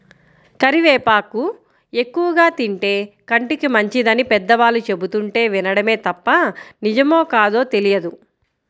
కరివేపాకు ఎక్కువగా తింటే కంటికి మంచిదని పెద్దవాళ్ళు చెబుతుంటే వినడమే తప్ప నిజమో కాదో తెలియదు